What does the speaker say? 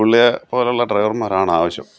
പുള്ളിയെപ്പോലുള്ള ഡ്രൈവർമാരാണ് ആവശ്യം